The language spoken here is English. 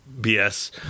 BS